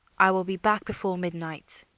i will be back before midnight.